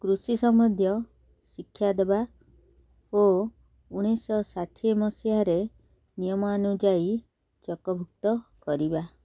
କୃଷି ସମ୍ବନ୍ଧୀୟ ଶିକ୍ଷା ଦେବା ଓ ଉଣେଇଶିଶହ ଷାଠିଏ ମସିହାରେ ନିୟମ ଅନୁଯାୟୀ ଚକଭୁକ୍ତ କରିବା